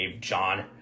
John